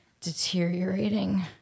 deteriorating